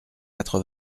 quatre